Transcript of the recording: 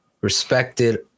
respected